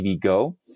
go